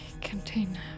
contain